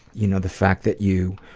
you know the fact that you,